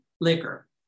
liquor